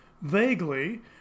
vaguely